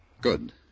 Good